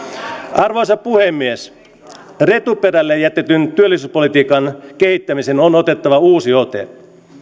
arvoisa puhemies retuperälle jätetyn työllisyyspolitiikan kehittämiseen on otettava uusi ote